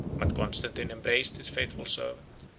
but constantine embraced his faithful servant,